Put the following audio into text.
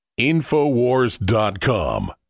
InfoWars.com